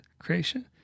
creation